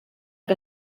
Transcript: que